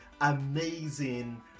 amazing